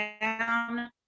down